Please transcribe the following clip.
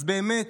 אז באמת,